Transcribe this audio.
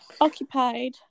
occupied